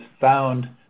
found